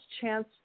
chance